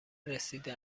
رسیده